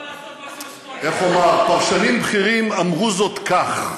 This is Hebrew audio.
איך אומר, פרשנים בכירים אמרו זאת כך,